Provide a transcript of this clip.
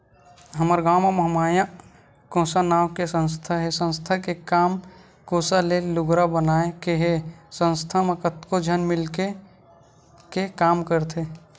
हमर गाँव म महामाया कोसा नांव के संस्था हे संस्था के काम कोसा ले लुगरा बनाए के हे संस्था म कतको झन मिलके के काम करथे